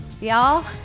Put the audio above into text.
Y'all